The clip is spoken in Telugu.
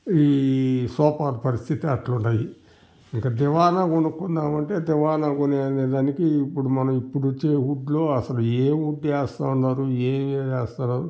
ఈ సోఫా పరిస్థితి అట్లా ఉండాయి ఇంకా దివాన కొనుకుందామంటే దివాన కొనుకునేదానికి ఇప్పుడు మనం ఇప్పుడు ఇచ్చే వుడ్లో అసలు ఏ వుడ్డు వేస్తున్నారో ఏవేం వేస్తున్నారో